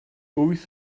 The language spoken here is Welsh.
wyth